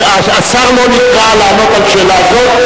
השר לא נקרא לענות על שאלה זו.